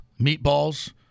meatballs